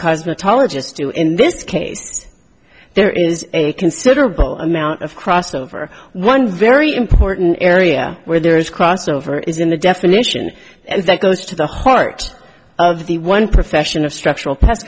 cosmetologist do in this case there is a considerable amount of crossover one very important area where there is crossover is in the definition and that goes to the heart of the one profession of structural pest